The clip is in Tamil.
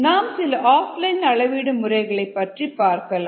நாம் சில ஆஃப்லைன் அளவீடு முறைகள் பற்றி பார்க்கலாம்